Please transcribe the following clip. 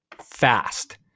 fast